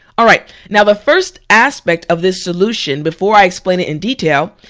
alright now the first aspect of this solution, before i explain it in detail,